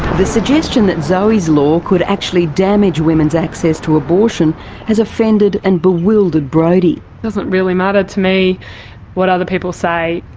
the suggestion that zoe's law could actually damage women's access to abortion has offended and bewildered brodie. it doesn't really matter to me what other people say,